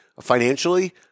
financially